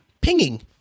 pinging